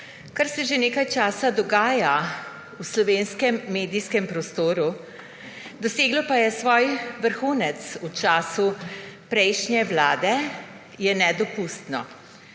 kar se že nekaj časa dogaja v slovenskem medijskem prostoru, doseglo pa je svoj vrhunec v času prejšnje vlade, je nedopustno.